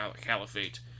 caliphate